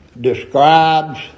describes